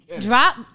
Drop